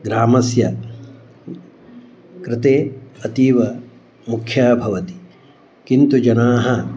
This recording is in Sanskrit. ग्रामस्य कृते अतीव मुख्यः भवति किन्तु जनाः